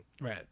Right